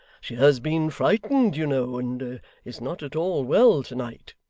she has been frightened, you know, and is not at all well to-night